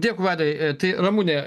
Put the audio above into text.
dėkui vaidai tai ramune